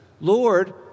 Lord